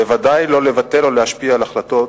בוודאי לא לבטל או להשפיע על החלטות